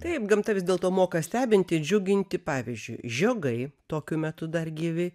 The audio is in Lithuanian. taip gamta vis dėlto moka stebinti džiuginti pavyzdžiui žiogai tokiu metu dar gyvi